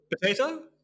potato